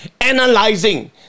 analyzing